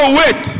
wait